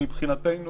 מבחינתנו,